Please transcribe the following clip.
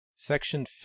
Section